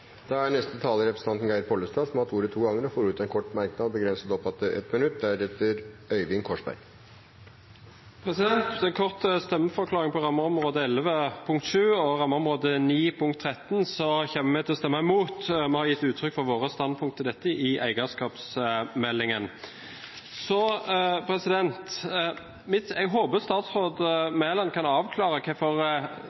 Representanten Geir Pollestad har hatt ordet to ganger tidligere og får ordet til en kort merknad, begrenset til 1 minutt. En kort stemmeforklaring om rammeområde 11, punkt VII og rammeområde 9, punkt XIII, som vi kommer til å stemme imot. Vi har gitt uttrykk for vårt standpunkt til dette i eierskapsmeldingen. Jeg håper statsråd Mæland kan avklare hvorfor